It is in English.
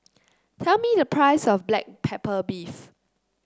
tell me the price of Black Pepper Beef